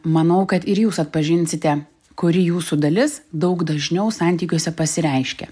manau kad ir jūs atpažinsite kuri jūsų dalis daug dažniau santykiuose pasireiškia